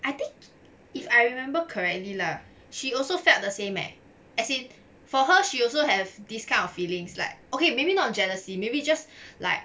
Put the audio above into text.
I think if I remember correctly lah she also felt the same leh as in for her she also have this kind of feelings like okay maybe not jealousy maybe just like